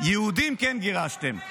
יהודים כן גירשתם.